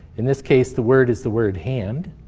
in this case, the word is the word hand.